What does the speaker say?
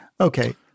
Okay